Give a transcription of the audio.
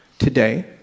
today